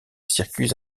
circuits